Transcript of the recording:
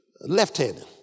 left-handed